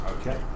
okay